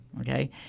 Okay